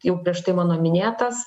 jau prieš tai mano minėtas